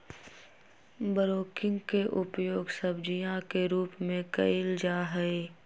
broccoli के उपयोग सब्जीया के रूप में कइल जाहई